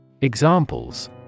Examples